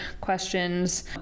questions